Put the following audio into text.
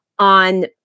on